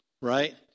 right